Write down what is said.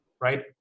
right